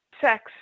sex